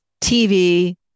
TV